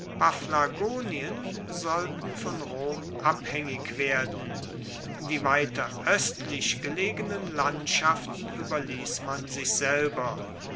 paphlagonien sollten von rom abhaengig werden die weiter oestlich gelegenen landschaften ueberliess man sich selber